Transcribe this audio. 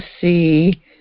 see